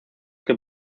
que